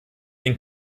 den